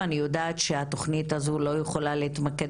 אני יודעת שהתוכנית הזו לא יכולה להתמקד